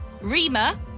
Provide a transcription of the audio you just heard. Rima